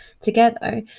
together